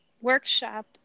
workshop